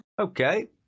Okay